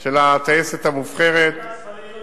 של הטייסת המובחרת, הוא טס בלילות, אדוני השר.